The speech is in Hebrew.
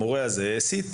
המורה הזה הסית,